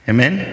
Amen